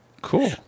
Cool